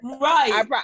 right